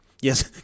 Yes